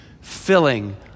filling